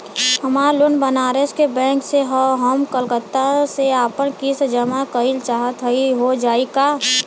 हमार लोन बनारस के बैंक से ह हम कलकत्ता से आपन किस्त जमा कइल चाहत हई हो जाई का?